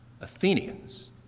Athenians